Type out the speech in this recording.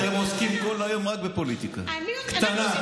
אתם עוסקים כל היום רק בפוליטיקה קטנה.